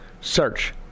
Search